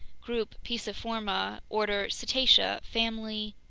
group pisciforma, order cetacea, family.